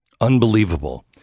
Unbelievable